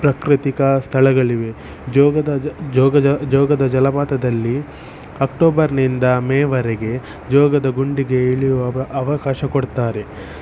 ಪ್ರಾಕೃತಿಕ ಸ್ಥಳಗಳಿವೆ ಜೋಗದ ಜೋಗ ಜೋಗದ ಜಲಪಾತದಲ್ಲಿ ಅಕ್ಟೋಬರ್ನಿಂದ ಮೇವರೆಗೆ ಜೋಗದ ಗುಂಡಿಗೆ ಇಳಿಯುವ ಅವ ಅವಕಾಶ ಕೊಡ್ತಾರೆ